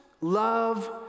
love